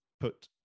put